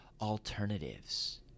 alternatives